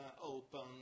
open